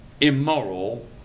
immoral